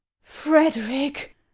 Frederick